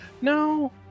No